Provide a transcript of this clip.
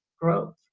growth